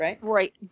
right